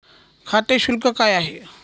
खाते शुल्क काय आहे?